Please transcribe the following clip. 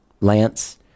Lance